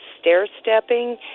stair-stepping